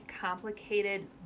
complicated